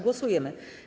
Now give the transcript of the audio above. Głosujemy.